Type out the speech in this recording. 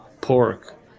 pork